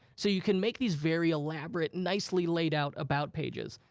so you can make these very elaborate, nicely laid out about pages.